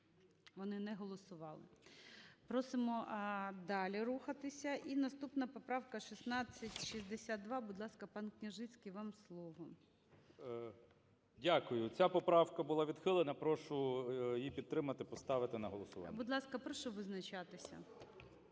вони не голосували. Просимо далі рухатися. І наступна поправка - 1662. Будь ласка, панКняжицький, вам слово. 13:46:46 КНЯЖИЦЬКИЙ М.Л. Дякую. Ця поправка була відхилена, прошу її підтримати, поставити на голосування. ГОЛОВУЮЧИЙ. Будь ласка, прошу визначатися.